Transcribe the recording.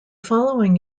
following